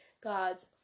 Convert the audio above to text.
God's